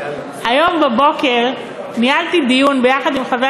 היום בבוקר ניהלתי דיון ביחד עם חבר